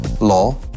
law